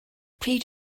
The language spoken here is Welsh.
pryd